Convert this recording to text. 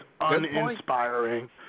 uninspiring